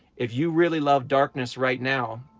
if you really love darkness right now,